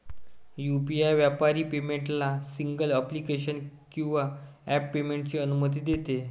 UPI व्यापारी पेमेंटला single application किंवा ॲप पेमेंटची अनुमती देते